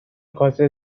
کاسه